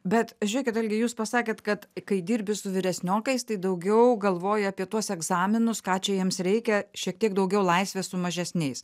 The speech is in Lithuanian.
bet žiūrėkit algi jūs pasakėt kad kai dirbi su vyresniokais tai daugiau galvoji apie tuos egzaminus ką čia jiems reikia šiek tiek daugiau laisvės su mažesniais